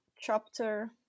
chapter